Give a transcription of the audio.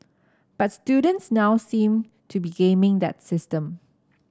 but students now seem to be gaming that system